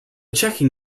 checking